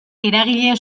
eragile